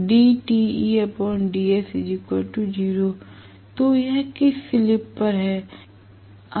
तो यह किस स्लिप पर है